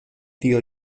tio